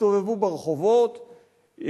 יסתובבו ברחובות,